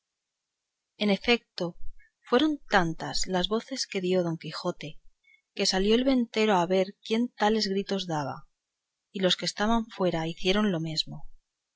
en efeto fueron tantas las voces que don quijote dio que abriendo de presto las puertas de la venta salió el ventero despavorido a ver quién tales gritos daba y los que estaban fuera hicieron lo mesmo